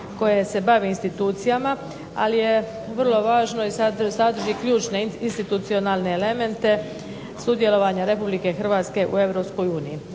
koje se bavi institucijama. Ali je vrlo važno i ... ključne institucionalne elemente sudjelovanja RH u EU.